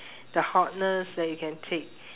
the hotness that you can take